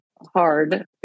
hard